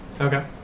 Okay